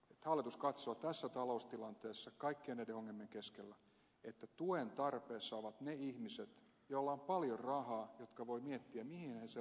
hallitus katsoo tässä taloustilanteessa kaikkien näiden ongelmien keskellä että tuen tarpeessa ovat ne ihmiset joilla on paljon rahaa jotka voivat miettiä mihin he sen rahan laittavat